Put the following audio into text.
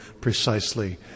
precisely